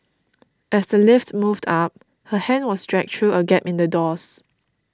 as the lift moved up her hand was dragged through a gap in the doors